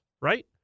right